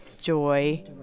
joy